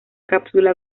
cápsula